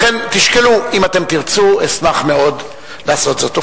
לכן, תשקלו, אם תרצו, אשמח מאוד לעשות זאת.